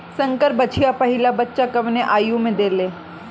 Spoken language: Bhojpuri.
संकर बछिया पहिला बच्चा कवने आयु में देले?